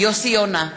יוסי יונה,